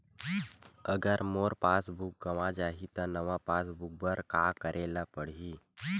अगर मोर passbook गवां जाहि त नवा पास बुक बर का करे ल पड़हि?